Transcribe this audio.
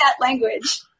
language